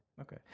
Okay